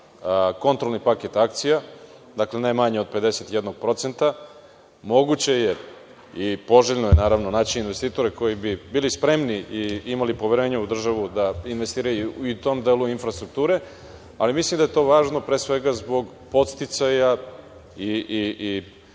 kontrolni paket akcija, dakle ne manje od 51%. Moguće je i poželjno je naravno naći investitora koji bi bili spremni i imali poverenja u državu da investiraju i u tom delu infrastrukture, ali mislim da je to važno pre svega zbog podsticaja i